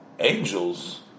Angels